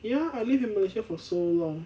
ya I live in malaysia for so long